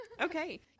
okay